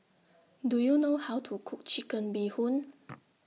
Do YOU know How to Cook Chicken Bee Hoon